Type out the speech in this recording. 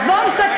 אז בוא נסכם,